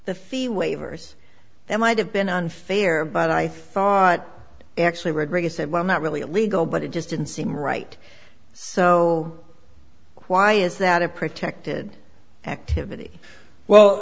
the fee waivers that might have been unfair but i thought actually read reagan said well not really illegal but it just didn't seem right so why is that a protected activity well